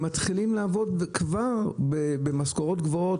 הם מתחילים לעבוד וכבר במשכורות גבוהות,